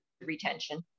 retention